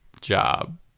job